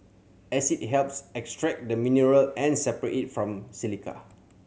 acid helps extract the mineral and separate it from silica